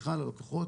ללקוחות